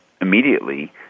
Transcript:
immediately